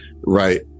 right